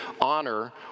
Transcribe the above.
honor